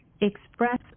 express